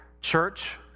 Church